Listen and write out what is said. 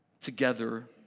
together